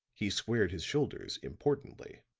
he squared his shoulders importantly.